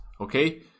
Okay